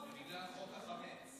זה בגלל חוק החמץ.